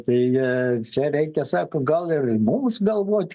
tai čia reikia sako gal ir mums galvoti